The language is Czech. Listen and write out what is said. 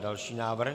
Další návrh.